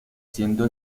siendo